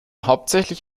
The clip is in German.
hauptsächlich